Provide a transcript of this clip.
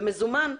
במזומן.